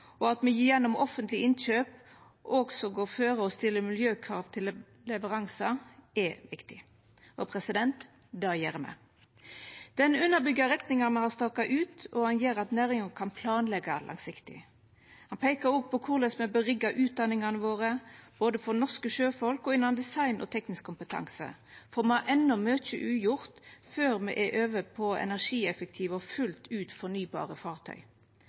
og at me gjennom offentleg innkjøp òg går føre og stiller miljøkrav til leveransar, er viktig. Og det gjer me. Meldinga underbyggjer retninga me har staka ut, og gjer at næringa kan planleggja langsiktig. Ho peikar òg på korleis me bør rigga utdanningane våre, både for norske sjøfolk og innan design og teknisk kompetanse, for me har enno mykje ugjort før me er over på energieffektive og fullt ut fornybare fartøy.